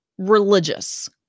religious